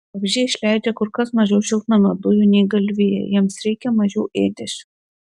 vabzdžiai išleidžia kur kas mažiau šiltnamio dujų nei galvijai jiems reikia mažiau ėdesio